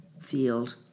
field